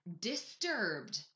disturbed